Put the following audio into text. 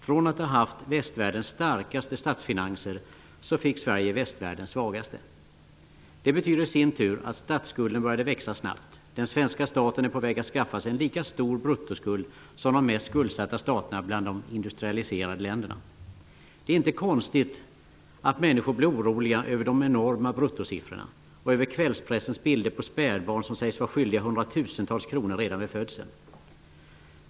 Från att ha haft västvärldens starkaste statsfinanser fick Sverige västvärldens svagaste. Det betyder i sin tur att statsskulden började växa snabbt. Den svenska staten är på väg att skaffa sig en lika stor bruttoskuld som de mest skuldsatta staterna bland de industrialiserade länderna. Det är inte konstigt att människor blir oroliga över de enorma bruttosiffrorna och över kvällspressens bilder på spädbarn som sägs vara skyldiga hundratusentals kronor redan vid födseln.